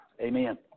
Amen